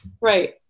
Right